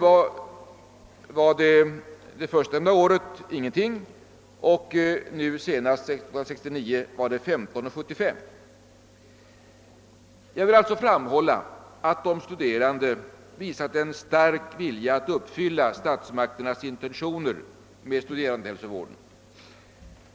Under det förstnämnda året var bidraget per studerande i Göteborg ingenting men under år 1968/69 kronor 15:75 per studerande. Jag vill alltså framhålla att de studerande visat en stark vilja att uppfylla statsmakternas intentioner när det gäller studerandehälsovården.